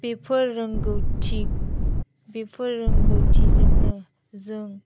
बेफोर रोंगौथि बेफोर रोंगौथिजोंनो जों